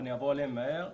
אבל אני אעבור עליהם מהר.